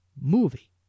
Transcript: movie